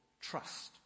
trust